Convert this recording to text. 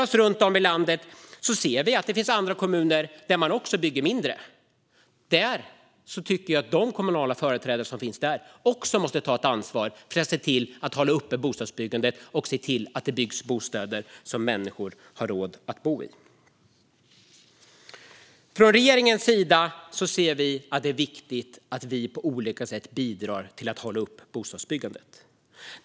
Runt om i landet finns det andra kommuner som också bygger mindre. Där tycker jag att de kommunala företrädarna också måste ta ett ansvar för att hålla uppe bostadsbyggandet och se till att det byggs bostäder som människor har råd att bo i. Från regeringspartiernas sida ser vi det som viktigt att vi på olika sätt bidrar till att hålla uppe bostadsbyggandet.